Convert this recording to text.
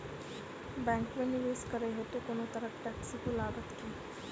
Bank मे निवेश करै हेतु कोनो तरहक टैक्स सेहो लागत की?